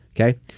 Okay